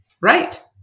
Right